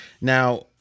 Now